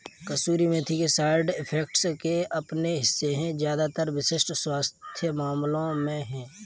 कसूरी मेथी के side effects के अपने हिस्से है ज्यादातर विशिष्ट स्वास्थ्य मामलों में है